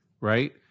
right